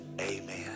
Amen